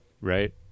right